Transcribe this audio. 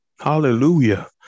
Hallelujah